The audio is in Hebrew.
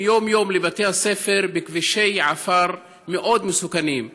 יום-יום לבתי הספר בכבישי עפר מאוד מסוכנים.